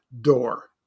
door